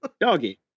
doggy